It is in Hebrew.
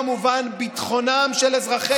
כמובן, ביטחונם של אזרחי ישראל, ביבי, תתפטר.